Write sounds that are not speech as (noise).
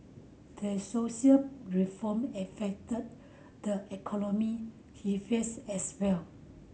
the social reform affect the economy (unintelligible) as well